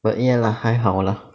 but ya lah 还好 lah